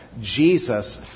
Jesus